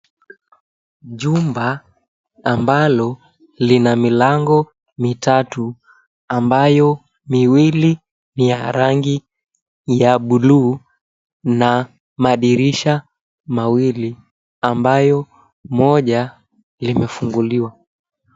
Jumba ambalo lina milango mitatu ambayo miwili ni ya rangi ya buluu na madirisha mawili ambayo moja limefunguliwa.